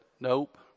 nope